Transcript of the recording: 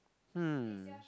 !hmm!